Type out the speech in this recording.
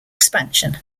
expansion